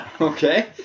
Okay